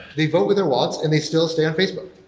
they vote with the wallets and they still stay on facebook.